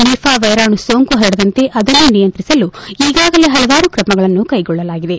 Nipah ವೈರಾಣು ಸೋಂಕು ಹರಡದಂತೆ ಅದನ್ನು ನಿಯಂತ್ರಿಸಲು ಈಗಾಗಲೇ ಹಲವಾರು ಕ್ರಮಗಳನ್ನು ಕೈಗೊಳ್ಳಲಾಗಿದೆ